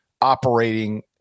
operating